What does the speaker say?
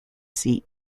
seat